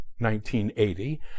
1980